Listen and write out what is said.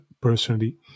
personally